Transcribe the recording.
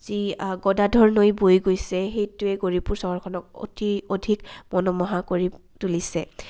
যি গদাাধৰ নৈ বৈ গৈছে সেইটোৱে গৌৰীপুৰ চহৰখনক অতি অধিক মনোমোহা কৰি তুলিছে